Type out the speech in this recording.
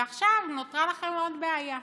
ועכשיו נותרה לכם עוד בעיה.